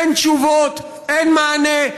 אין תשובות, אין מענה.